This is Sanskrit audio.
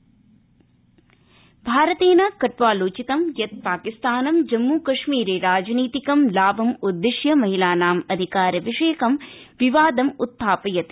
भारतम्पाक भारतेन कट्वालोचितम् यत् पाकिस्तानम् जम्मू कश्मीर राजनीतिक लाभं उद्देश्य महिलानां अधिकार विषयकं विवादम् उत्थापयति